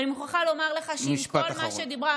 ואני מוכרחה לומר לך שעם כל מה שדיברה,